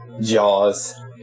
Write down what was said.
Jaws